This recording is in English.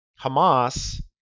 Hamas